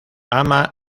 ama